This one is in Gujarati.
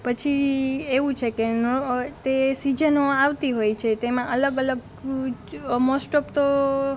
પછી એવું છે કે ન તે સીજનો આવતી હોઈ છે તેમાં અલગ અલગ મોસ્ટ ઓફ તો